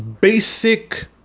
Basic